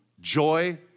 joy